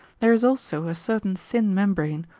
there is also a certain thin membrane,